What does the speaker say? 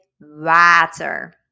water